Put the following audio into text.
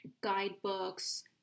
guidebooks